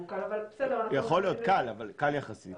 קל -- יכול להיות אבל קל יחסית...